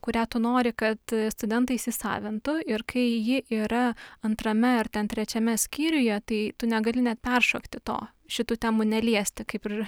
kurią tu nori kad studentai įsisavintų ir kai ji yra antrame ar ten trečiame skyriuje tai tu negali net peršokti to šitų temų neliesti kaip ir